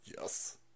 Yes